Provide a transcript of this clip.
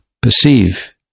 perceive